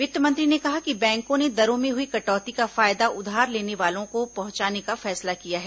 वित्त मंत्री ने कहा कि बैंकों ने दरों में हुई कटौती का फायदा उधार लेने वालों को पहुंचाने का फैसला किया है